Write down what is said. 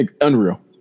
Unreal